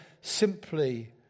simply